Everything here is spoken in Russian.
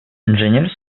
инженер